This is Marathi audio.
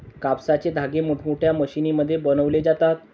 कापसाचे धागे मोठमोठ्या मशीनमध्ये बनवले जातात